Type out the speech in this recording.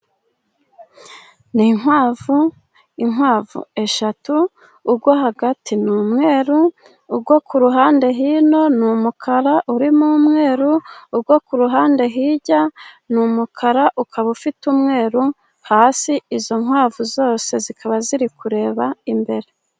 Ni inkwavu eshatu urwo hagati n'umweru, urwo kuruhande hino n'umukara urimo umweru, urwo ku ruhande hirya n'umukara ukaba ufite umweru hasi, izo nkwavu zose zikaba ziri kureba imbere.